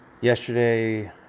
yesterday